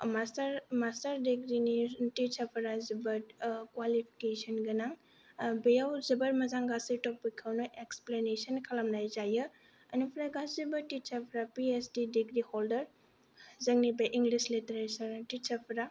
master master दिग्रीनि टिचारफोरा जोबोद ओ क्वालिफिकेसन गोनां बेयाव जोबोद मोजां गाज्रि टपिकखौनो एक्सप्लेनेसन खालामनाय जायो इनिफ्राय गासै टिचारफोरा पि एइच डि दिग्री हल्दार जोंनि बे इंलिस लिटारेचार टिचारफोरा